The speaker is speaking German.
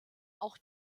auch